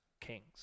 kings